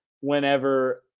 whenever